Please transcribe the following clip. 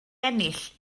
ennill